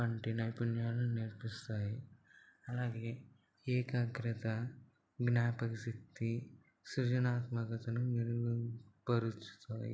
వంటి నైపుణ్యాలను నేర్పిస్తాయి అలాగే ఏకాగ్రత జ్ఞాపక శక్తి సృజనాత్మకతను మెరుగుపరుస్తాయి